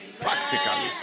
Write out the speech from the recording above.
Practically